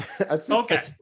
Okay